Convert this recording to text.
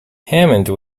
hammond